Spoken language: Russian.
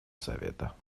совета